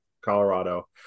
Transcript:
Colorado